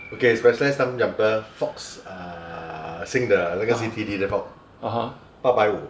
okay specialize stumpjumper fox err 新的 ah 那个 C_T_D 的 fox 八百五